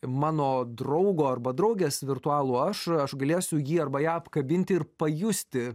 mano draugo arba draugės virtualų aš aš galėsiu jį arba ją apkabinti ir pajusti